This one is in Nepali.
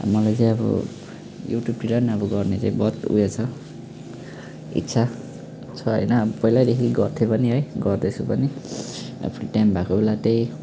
मलाई चाहिँ अब युट्युबतिर गर्ने चाहिँ बहुत उयो छ इच्छा छ होइन अब पहिलादेखिको गर्थे पनि है गर्दैछु पनि आफू टाइम भएको बेला त्यही